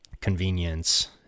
convenience